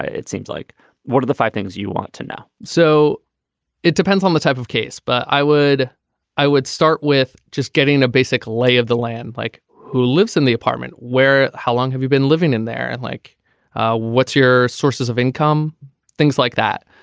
it seems like what are the five things you want to know so it depends on the type of case. but i would i would start with just getting a basic lay of the land like who lives in the apartment where how long have you been living in there and like what's your sources of income things like that.